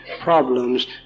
problems